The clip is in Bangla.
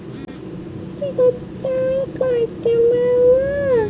টিপ সই করতে পারবো?